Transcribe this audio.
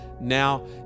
now